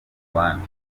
bandi